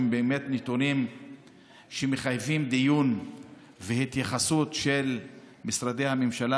הם באמת נתונים שמחייבים דיון והתייחסות של משרדי הממשלה,